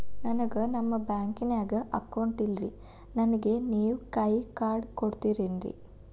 ನನ್ಗ ನಮ್ ಬ್ಯಾಂಕಿನ್ಯಾಗ ಅಕೌಂಟ್ ಇಲ್ರಿ, ನನ್ಗೆ ನೇವ್ ಕೈಯ ಕಾರ್ಡ್ ಕೊಡ್ತಿರೇನ್ರಿ?